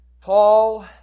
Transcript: Paul